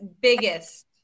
biggest